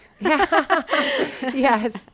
Yes